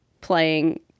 playing